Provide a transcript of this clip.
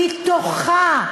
מתוכה,